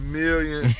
million